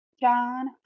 John